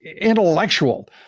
intellectual